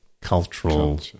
cultural